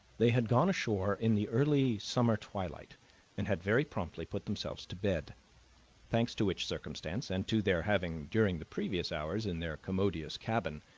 they had gone ashore in the early summer twilight and had very promptly put themselves to bed thanks to which circumstance and to their having, during the previous hours, in their commodious cabin,